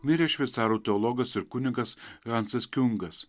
mirė šveicarų teologas ir kunigas hansas kiungas